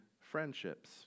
friendships